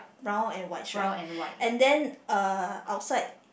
brown and white stripe and then uh outside